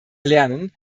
lernen